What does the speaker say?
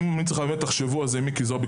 אני ממליץ שתחשבו על זה עם מיקי זוהר.